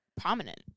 Prominent